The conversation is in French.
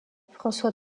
françois